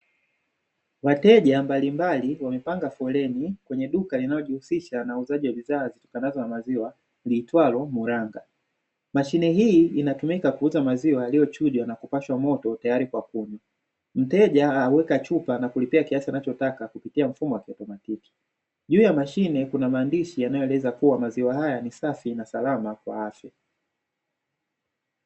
Wateja mbalimbali wamepanga foleni kwenye duka linalojihusisha na uuzaji wa bidhaa zitokanazo na maziwa liitwalo Moranga. Mashine hii inatumika kuuza maziwa yaliyochujwa na kupashwa moto tayari kwa kunywa. Mteja anaweka chupa na kulipia kiasi anachotaka kupitia mfumo wa kielektroniki. Juu ya mashine kuna maandishi yanayo eleza kuwa maziwa haya ni safi na salama kwa afya.